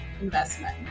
investment